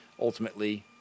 ultimately